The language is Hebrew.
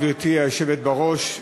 גברתי היושבת בראש,